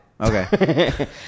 Okay